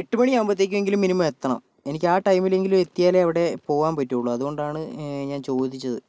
എട്ടു മണി ആകുമ്പോത്തേക്കെങ്കിലും മിനിമം എത്തണം എനിക്ക് ആ ടൈമിൽ എങ്കിലും എത്തിയാലേ അവിടെ പോകാൻ പറ്റുകയുള്ളു അതുകൊണ്ടാണ് ഞാൻ ചോദിച്ചത്